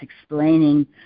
explaining